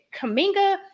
Kaminga